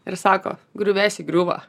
ir sako griuvėsiai griūva